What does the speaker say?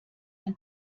ein